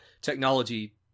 technology